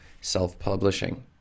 self-publishing